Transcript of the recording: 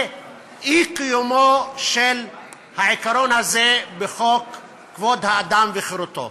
מאי-קיומו של העיקרון הזה בחוק כבוד האדם וחירותו.